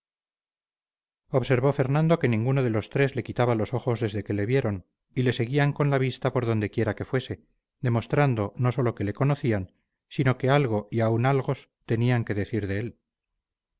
observó fernando que ninguno de los tres le quitaba los ojos desde que le vieron y le seguían con la vista por dondequiera que fuese demostrando no sólo que le conocían sino que algo y aun algos tenían que decir de él